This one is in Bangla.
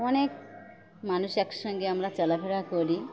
অনেক মানুষ একসঙ্গে আমরা চলাফেরা করি